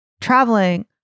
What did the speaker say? traveling